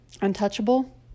untouchable